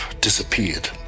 disappeared